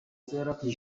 ikibazo